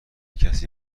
کسی